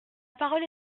parole